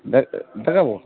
দেখ দেখাব